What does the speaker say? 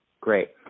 Great